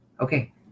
okay